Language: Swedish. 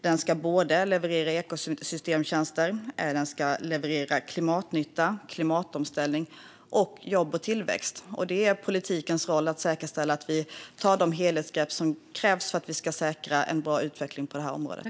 Den ska leverera ekosystemtjänster, klimatnytta och klimatomställning och dessutom jobb och tillväxt. Det är politikens roll att säkerställa att vi tar de helhetsgrepp som krävs för att vi ska säkra en bra utveckling på det här området.